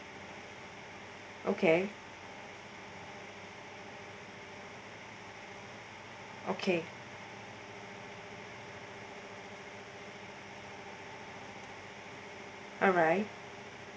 okay okay alright